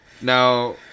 Now